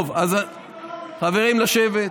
טוב, אז חברים, לשבת.